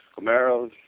Camaros